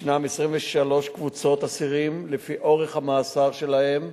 יש 23 קבוצות אסירים לפי אורך המאסר שלהם,